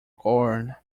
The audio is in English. corn